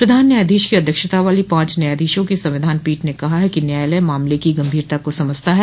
प्रधान न्यायाधीश की अध्यक्षता वाली पांच न्यायाधीशों को संविधान पीठ ने कहा है कि न्यायालय मामले की गंभीरता को समझता है